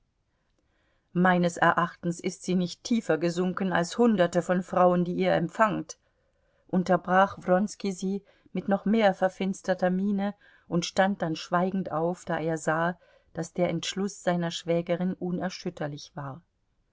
meines erachtens ist sie nicht tiefer gesunken als hunderte von frauen die ihr empfangt unterbrach wronski sie mit noch mehr verfinsterter miene und stand dann schweigend auf da er sah daß der entschluß seiner schwägerin unerschütterlich war